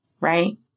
right